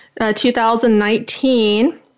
2019